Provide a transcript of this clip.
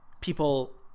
people